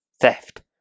Theft